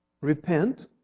Repent